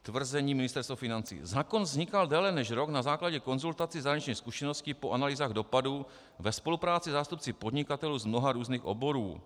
Tvrzení Ministerstva financí: Zákon vznikal déle než rok na základě konzultací, zahraničních zkušeností po analýzách dopadu ve spolupráci se zástupci podnikatelů z mnoha různých oborů.